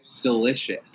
delicious